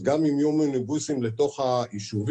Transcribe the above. גם אם יהיו מיניבוסים לתוך היישובים,